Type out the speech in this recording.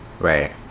Right